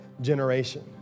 generation